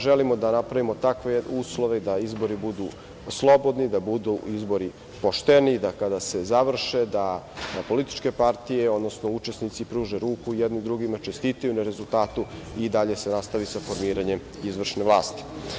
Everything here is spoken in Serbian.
Želimo da napravimo takve uslove da izbori budu slobodni, da budu izbori pošteni, da kada se završe da političke partije, odnosno učesnici pruže ruku jedni drugima, čestitaju na rezultatu i dalje se nastavi sa formiranjem izvršne vlasti.